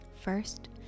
First